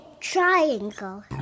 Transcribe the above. triangle